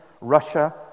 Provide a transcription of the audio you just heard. Russia